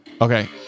okay